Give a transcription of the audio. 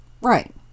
Right